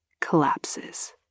collapses